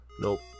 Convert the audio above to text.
Nope